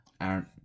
Aaron